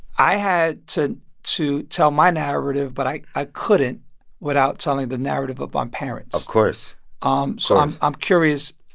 i had to to tell my narrative, but i i couldn't without telling the narrative of my um parents of course um so i'm i'm curious,